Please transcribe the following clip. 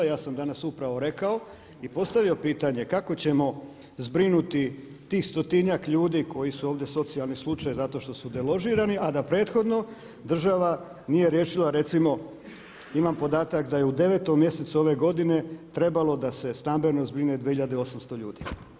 Ja sam upravo danas rekao i postavio pitanje, kako ćemo zbrinuti tih stotinjak ljudi koji su ovdje socijalni slučaj, zato što su deložirani, a da prethodno država nije riješila recimo imam podatak da je u 9. mjesecu ove godine trebalo da se stambeno zbrine 2.800 ljudi.